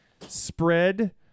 spread